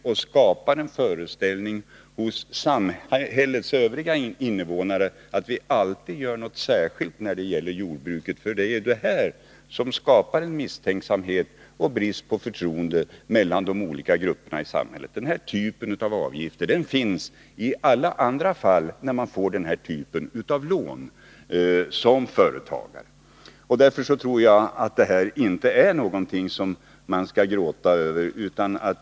Man skapar en föreställning i samhället i övrigt om att vi alltid gör någonting särskilt när det gäller jordbruket. Det skapar misstänksamhet och brist på förtroende mellan de olika grupperna i samhället. En sådan här avgift finns i alla andra fall när man som företagare får denna typ av lån.